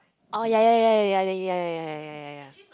oh yea yea yea yea yea then yea yea yea yea yea yea yea